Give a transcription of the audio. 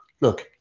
Look